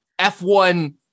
F1